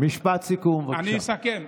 משפט סיכום, בבקשה.